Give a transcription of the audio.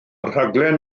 rhaglen